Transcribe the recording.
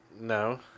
no